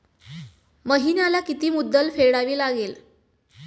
महिन्याला किती मुद्दल फेडावी लागेल?